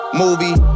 movie